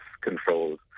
Controls